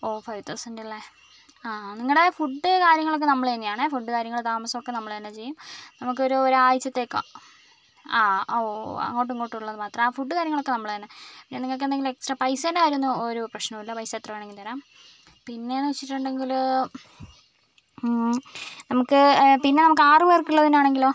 ഓ five thousand അല്ലേ ആ നിങ്ങളുടെ ഫുഡ് കാര്യങ്ങളൊക്കെ നമ്മൾ തന്നെയാണേ ഫുഡ് കാര്യങ്ങൾ താമസം ഒക്കെ നമ്മൾ തന്നെ ചെയ്യും നമുക്ക് ഒരു ഒരാഴ്ചത്തേക്കാണ് ആ ഓ അങ്ങോട്ടും ഇങ്ങോട്ടും ഉള്ളത് മാത്രം ആ ഫുഡ് കാര്യങ്ങളൊക്കെ നമ്മൾ തന്നെ പിന്നെ നിങ്ങൾക്കെന്തെങ്കിലും എക്സ്ട്രാ പൈസേൻ്റെ കാര്യം ഒന്നും ഒരു പ്രശ്നവുമില്ല പൈസ എത്ര വേണമെങ്കിലും തരാം പിന്നെ എന്ന് വെച്ചിട്ടുണ്ടെങ്കിൽ നമുക്ക് പിന്നെ നമുക്ക് ആറുപേർക്ക് ഉള്ളതിനാണെങ്കിലോ